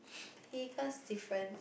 biggest different